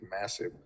massive